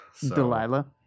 Delilah